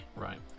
Right